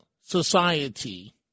society